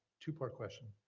two-part question.